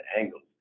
angles